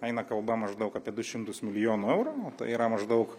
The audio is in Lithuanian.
eina kalba maždaug apie du šimtus milijonų eurų o tai yra maždaug